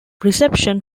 reception